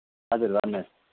हजुर भन्नुहोस्